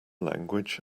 language